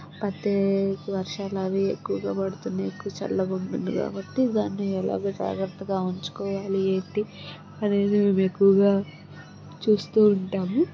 అయితే వర్షాలవి ఎక్కువ పడుతున్నాయి ఎక్కువ చల్లగా ఉంటుంది కాబట్టి దాన్ని ఎలాగా జాగ్రత్తగా ఉంచుకోవాలి ఏంటి అనేది మేము ఎక్కువగా చూస్తూ ఉంటాము